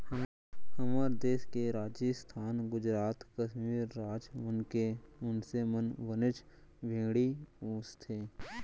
हमर देस के राजिस्थान, गुजरात, कस्मीर राज मन के मनसे मन बनेच भेड़ी पोसथें